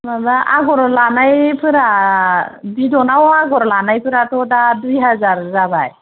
माबा आगर लानायफोरा बिदनआव आगर लानायफोराथ' दा दुइ हाजार जाबाय